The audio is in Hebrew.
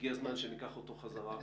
והגיע הזמן שניקח אותו חזרה.